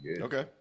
Okay